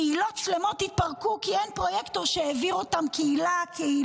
קהילות שלמות התפרקו כי אין פרויקטור שיעביר אותם קהילה-קהילה,